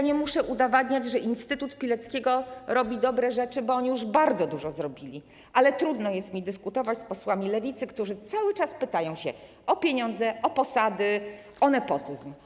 Nie muszę udowadniać, że Instytut Pileckiego robi dobre rzeczy, bo bardzo dużo już zostało zrobione, ale trudno jest mi dyskutować z posłami Lewicy, którzy cały czas pytają o pieniądze, o posady, o nepotyzm.